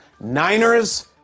Niners